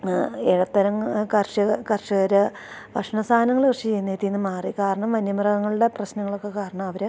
ഇടത്തരം കർഷകര് ഭക്ഷണസാധനങ്ങള് കൃഷി ചെയ്യുന്നതില് നിന്ന് മാറി കാരണം വന്യമൃഗങ്ങളുടെ പ്രശ്നങ്ങളൊക്കെ കാരണം അവര്